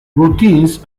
routines